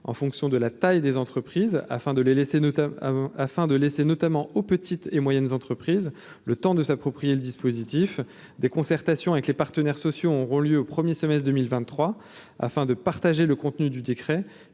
afin de les laisser notamment, afin de laisser notamment aux petites et moyennes entreprises, le temps de s'approprier le dispositif des concertations avec les partenaires sociaux ont relié au 1er semestre 2023 afin de partager le contenu du décret